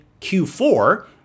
Q4